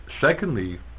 Secondly